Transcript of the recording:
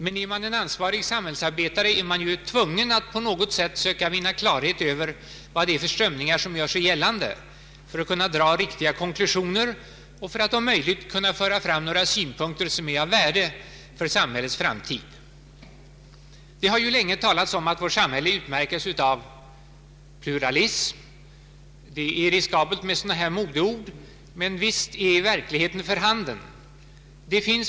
Men är man en ansvarig samhällsarbetare är man ju tvungen att på något sätt söka vinna klarhet över vilka strömningar som gör sig gällande, för att kunna göra riktiga konklusioner och om möjligt kunna föra fram synpunkter som är av värde för samhällets framtid. Det har länge talats om att vårt samhälle utmärkes av pluralism. Det är riskabelt med modeord, men visst är den verkligheten för handen.